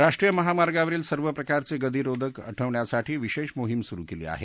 राष्ट्रीय महामार्गांवरील सर्व प्रकारचे गतिरोधक हटवण्यासाठी विशेष मोहीम सुरू केली आहे